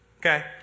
Okay